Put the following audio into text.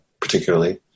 particularly